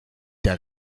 der